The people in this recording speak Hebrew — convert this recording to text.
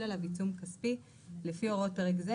עליו עיצום כספי לפי הוראות פרק זה,